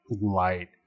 light